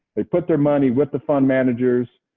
they put their money with the fund managers.